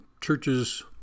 churches